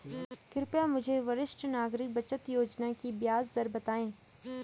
कृपया मुझे वरिष्ठ नागरिक बचत योजना की ब्याज दर बताएँ